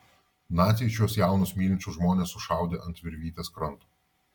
naciai šiuos jaunus mylinčius žmones sušaudė ant virvytės kranto